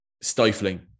stifling